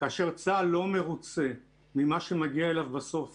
כאשר צה"ל לא מרוצה ממה שמגיע אליו בסוף